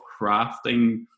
crafting